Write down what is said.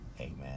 amen